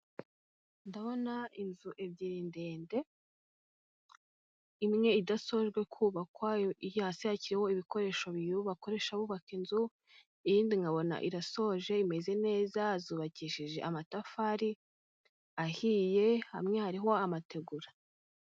Ndabona inzu ebyiri ndende, imwe idasojwe kubakwa, hasi hakiriho ibikoresho bakoresha bubaka inzu, iyindi nkabona irasoje imeze neza zubakishije amatafari ahiye, hamwe hari amategura.